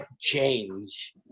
change